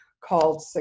called